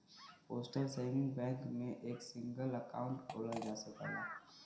postal saving bank में एक single account खोलल जा सकला